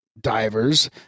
divers